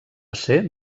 ser